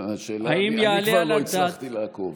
אני כבר לא הצלחתי לעקוב.